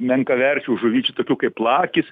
menkaverčių žuvyčių tokių kaip lakis